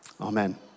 amen